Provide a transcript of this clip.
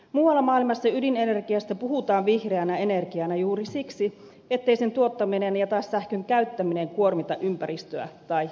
muualla maailmassa ydinenergiasta puhutaan vihreänä energiana juuri siksi ettei sen tuottaminen ja taas sähkön käyttäminen kuormita ympäristöä tai ilmakehää